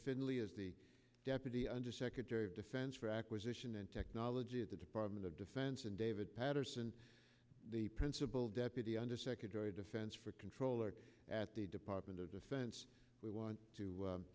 office as the deputy undersecretary of defense for acquisition and technology at the department of defense and david paterson the principal deputy undersecretary of defense for controller at the department of defense we want to